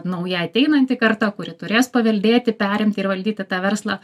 nauja ateinanti karta kuri turės paveldėti perimti ir valdyti tą verslą